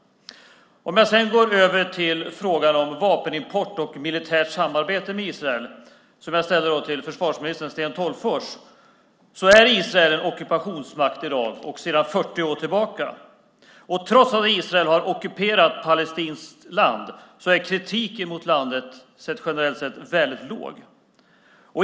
Jag går nu över till frågan om vapenimport och militärt samarbete med Israel, som jag ställde till förvarsminister Sten Tolgfors. Israel är sedan 40 år en ockupationsmakt. Trots att Israel har ockuperat palestinskt land är kritiken mot landet generellt sett väldigt låg.